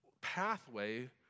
pathway